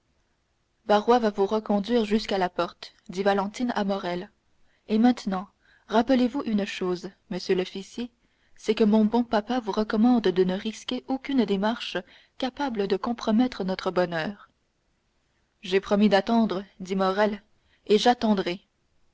barrois va vous reconduire jusqu'à la porte dit valentine à morrel et maintenant rappelez-vous une chose monsieur l'officier c'est que mon bon papa vous recommande de ne risquer aucune démarche capable de compromettre notre bonheur j'ai promis d'attendre dit morrel et j'attendrai